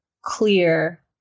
clear